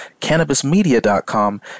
cannabismedia.com